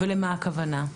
ולמה הכוונה?